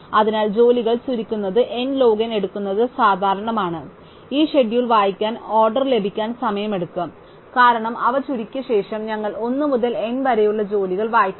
അതിനാൽ ജോലികൾ ചുരുക്കുന്നത് n ലോഗ് n എടുക്കുന്നത് സാധാരണമാണ് ഈ ഷെഡ്യൂൾ വായിക്കാൻ ഓർഡർ ലഭിക്കാൻ സമയമെടുക്കും കാരണം അവ ചുരുക്കിയതിനുശേഷം ഞങ്ങൾ 1 മുതൽ n വരെയുള്ള ജോലികൾ വായിക്കുന്നു